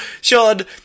sean